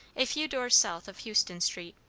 a few doors south of houston street.